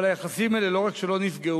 אבל היחסים האלה לא רק שלא נפגעו,